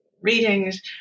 readings